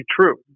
true